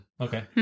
Okay